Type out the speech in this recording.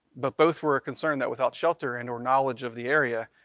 but both were a concerned that without shelter and or knowledge of the area,